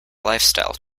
lifestyle